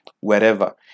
wherever